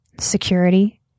security